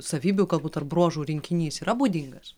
savybių galbūt ar bruožų rinkinys yra būdingas